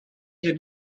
had